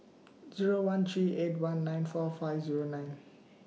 Zero one three eight one nine four five Zero nine